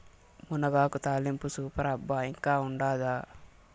మునగాకు తాలింపు సూపర్ అబ్బా ఇంకా ఉండాదా